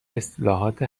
اصلاحات